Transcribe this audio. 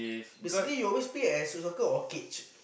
basically you always play at street soccer or cage